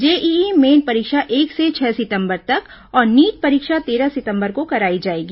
JEE Main परीक्षा एक से छह सितंबर तक और नीट परीक्षा तेरह सितंबर को करायी जायेगी